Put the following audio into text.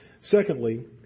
Secondly